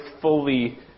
fully